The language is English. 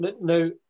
now